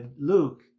Luke